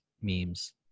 memes